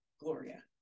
gloria